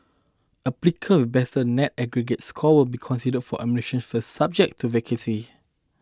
applicants better net aggregate scores will be considered for admission first subject to vacancies